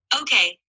Okay